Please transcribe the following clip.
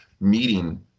meeting